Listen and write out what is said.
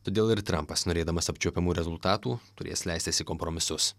todėl ir trampas norėdamas apčiuopiamų rezultatų turės leistis į kompromisus